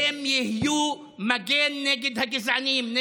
והם יהיו מגן נגד הגזענים -- תודה.